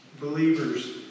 Believers